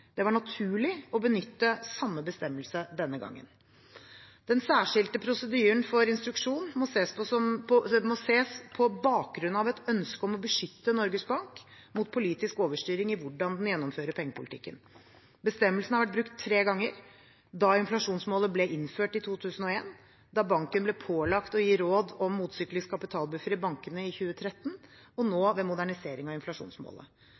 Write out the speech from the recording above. Det var naturlig å benytte samme bestemmelse denne gangen. Den særskilte prosedyren for instruksjon må ses på bakgrunn av et ønske om å beskytte Norges Bank mot politisk overstyring i hvordan den gjennomfører pengepolitikken. Bestemmelsen har vært brukt tre ganger: da inflasjonsmålet ble innført i 2001, da banken ble pålagt å gi råd om motsyklisk kapitalbuffer i bankene i 2013, og nå ved moderniseringen av inflasjonsmålet.